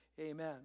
Amen